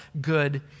good